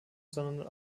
sondern